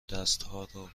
دستهارو